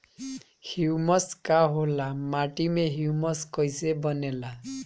Humus का होला माटी मे ह्यूमस कइसे बनेला?